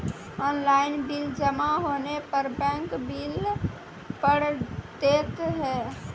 Online bill जमा होने पर बैंक बिल पड़तैत हैं?